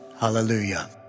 Hallelujah